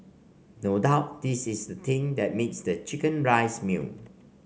no doubt this is thing that makes the chicken rice meal